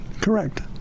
correct